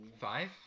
Five